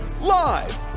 live